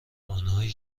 آنهایی